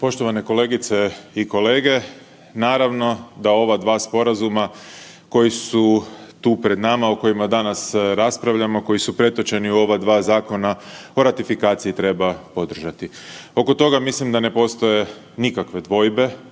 Poštovane kolegice i kolege. Naravno da ova dva sporazuma koji su tu pred nama o kojima danas raspravljamo, koji su pretočeni u ova dva zakona o ratifikaciji treba podržati. Oko toga mislim da ne postoje nikakve dvojbe